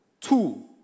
Two